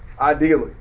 ideally